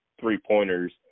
three-pointers